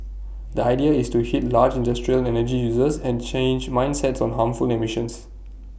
the idea is to hit large industrial energy users and change mindsets on harmful emissions